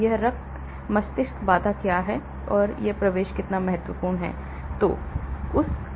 यह रक्त मस्तिष्क बाधा क्या है और यह प्रवेश कितना महत्वपूर्ण है